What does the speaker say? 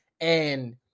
And-